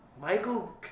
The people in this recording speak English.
Michael